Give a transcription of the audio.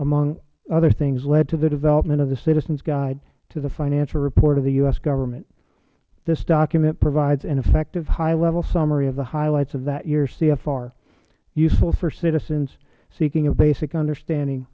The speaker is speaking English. among other things led to the development of the citizens guide to the financial report of the u s government this document provides an effective high level summary of the highlights of that years cfr useful for citizens seeking a basic understanding